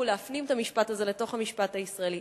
להפנים את המשפט הזה לתוך המשפט הישראלי?